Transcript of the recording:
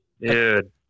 Dude